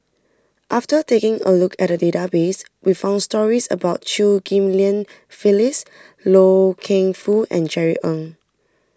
after taking a look at the database we found stories about Chew Ghim Lian Phyllis Loy Keng Foo and Jerry Ng